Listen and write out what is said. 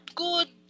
good